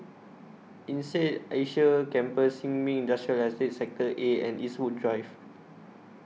Insead Asia Campus Sin Ming Industrial Estate Sector A and Eastwood Drive